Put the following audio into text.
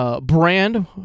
Brand